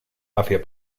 hacia